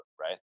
right